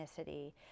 ethnicity